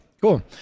cool